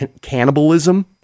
cannibalism